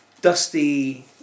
dusty